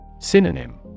Synonym